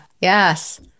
Yes